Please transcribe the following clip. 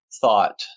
thought